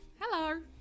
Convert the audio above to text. Hello